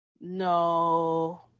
No